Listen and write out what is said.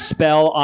Spell